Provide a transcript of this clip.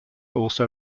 also